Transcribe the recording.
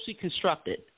constructed